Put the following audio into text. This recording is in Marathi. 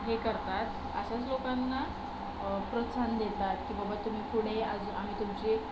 हे करतात अशाच लोकांना प्रोत्साहन देतात की बाबा तुम्ही पुढे अजून आम्ही तुमचे